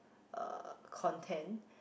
uh content